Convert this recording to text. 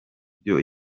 byo